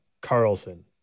Carlson